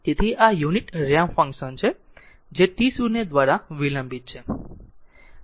તેથી આ unit ramp function છે જે t0 દ્વારા વિલંબિત છે